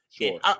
Sure